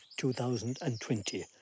2020